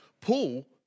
Paul